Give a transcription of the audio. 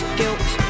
guilt